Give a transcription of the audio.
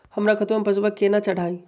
हमर खतवा मे पैसवा केना चढाई?